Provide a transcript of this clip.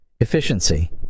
Efficiency